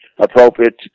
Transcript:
appropriate